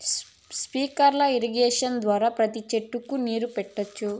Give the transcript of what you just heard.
sprinkler irrigation ద్వారా ప్రతి సెట్టుకు నీరు పెట్టొచ్చు